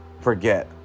forget